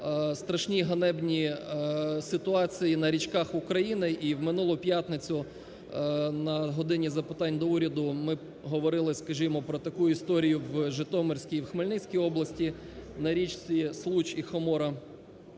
страшні ганебні ситуації на річках України, і в минулу п'ятницю на "годині запитань до Уряду" ми говорили, скажімо, про таку історію в Житомирській і Хмельницькій області на річці Случ і Хомора.